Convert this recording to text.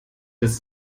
dass